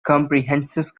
comprehensive